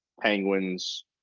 Penguins